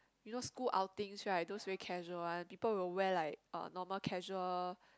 you know school outing right those very casual one people will wear like uh normal casual